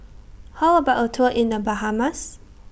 How about A Tour in The Bahamas